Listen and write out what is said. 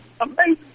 Amazing